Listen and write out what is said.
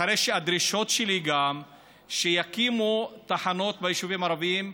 אחרי הדרישות שלי שיקימו תחנות ביישובים הערביים,